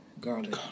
garlic